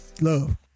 love